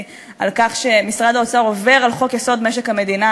על כך שמשרד האוצר עובר על חוק-יסוד: משק המדינה